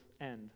end